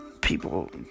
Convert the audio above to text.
people